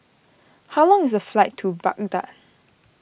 how long is the flight to Baghdad